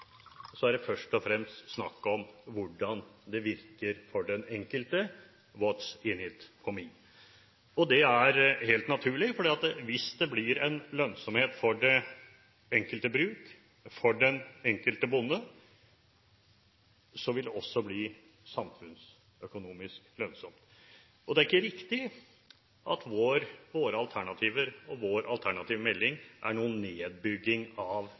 er det først og fremst snakk om hvordan det virker for den enkelte – «what's in it for me» – og det er helt naturlig, for hvis det blir lønnsomhet for det enkelte bruk og den enkelte bonde, vil det også bli samfunnsøkonomisk lønnsomt. Det er ikke riktig at våre alternativer og vår alternative melding er en nedbygging av